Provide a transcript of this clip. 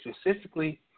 specifically